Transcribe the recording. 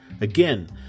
Again